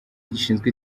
gishinzwe